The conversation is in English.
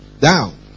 down